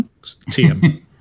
TM